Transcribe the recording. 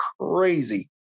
crazy